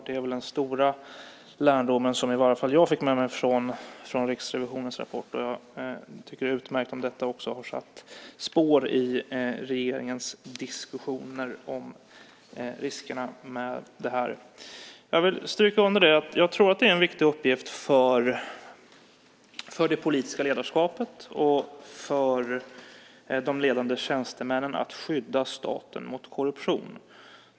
Det är väl den stora lärdomen som i varje fall jag fick med mig från Riksrevisionens rapport, och jag tycker att det är utmärkt om detta också har satt spår i regeringens diskussioner om riskerna med detta. Jag vill stryka under att jag tror att det är en viktig uppgift för det politiska ledarskapet och för de ledande tjänstemännen att skydda staten mot korruption.